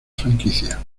franquicia